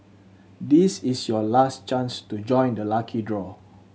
this is your last chance to join the lucky draw